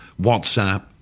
WhatsApp